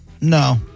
No